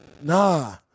Nah